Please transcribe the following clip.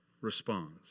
responds